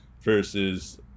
versus